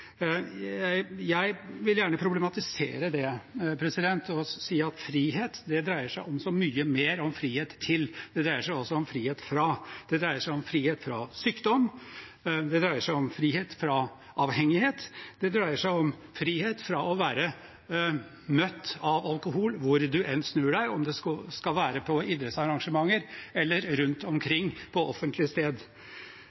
Jeg vil gjerne problematisere det og si at frihet dreier seg om så mye mer enn frihet til, det dreier seg også om frihet fra. Det dreier seg om frihet fra sykdom, det dreier seg om frihet fra avhengighet, det dreier seg om frihet fra å være møtt av alkohol hvor man enn snur seg, om det er på idrettsarrangementer eller rundt